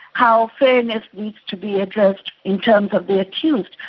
how fairness needs to be addressed in terms of the accused.